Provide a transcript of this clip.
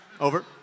Over